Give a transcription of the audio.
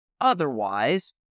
otherwise